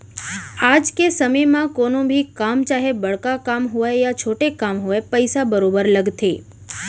आज के समे म कोनो भी काम चाहे बड़का काम होवय या छोटे काम होवय पइसा बरोबर लगथे